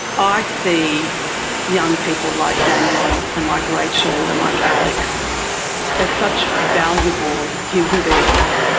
i see young people like daniel and like rachel and like alex as such valuable human beings,